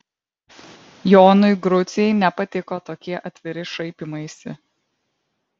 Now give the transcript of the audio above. jonui grucei nepatiko tokie atviri šaipymaisi